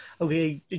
okay